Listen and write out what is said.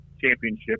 championship